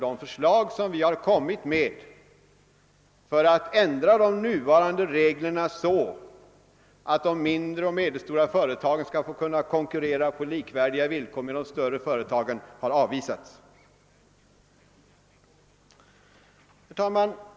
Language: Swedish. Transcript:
De förslag som vi har framställt för att ändra de nuvarande reglerna så, att de mindre och medelstora företagen kan få konkurrera på villkor likvärdiga med de större företagens, har avvisats. Herr talman!